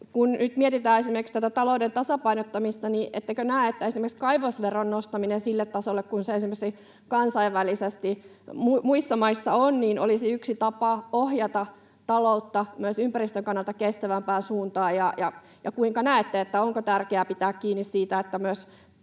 kun nyt mietitään esimerkiksi tätä talouden tasapainottamista, niin ettekö näe, että esimerkiksi kaivosveron nostaminen sille tasolle kuin esimerkiksi kansainvälisesti, muissa maissa, olisi yksi tapa ohjata taloutta myös ympäristön kannalta kestävämpään suuntaan? Ja kuinka näette, onko tärkeää pitää kiinni siitä, että myös